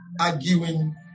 arguing